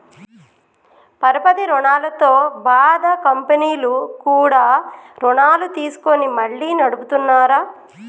పరపతి రుణాలతో బాధ కంపెనీలు కూడా రుణాలు తీసుకొని మళ్లీ నడుపుతున్నార